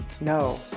no